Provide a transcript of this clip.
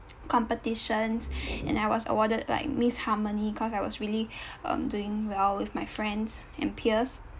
competitions and I was awarded like miss harmony cause I was really um doing well with my friends and peers